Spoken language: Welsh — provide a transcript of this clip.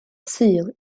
sul